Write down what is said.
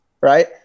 right